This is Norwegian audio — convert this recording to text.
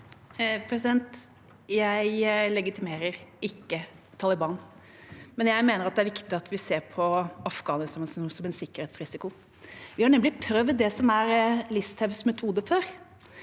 Jeg legitimerer ikke Taliban, men jeg mener at det er viktig at vi ser på Afghanistan som en sikkerhetsrisiko. Vi har nemlig prøvd det som er Listhaugs metode, før.